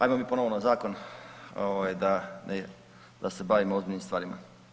Ajmo mi ponovo na zakon, da ne, da se bavimo ozbiljnim stvarima.